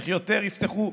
איך יותר יפתחו.